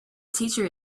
teacher